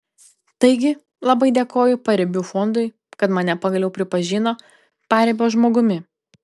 taigi labai dėkoju paribių fondui kad mane pagaliau pripažino paribio žmogumi